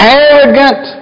arrogant